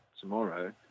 tomorrow